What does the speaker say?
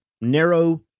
narrow